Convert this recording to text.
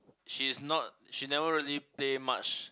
she's not she never really play much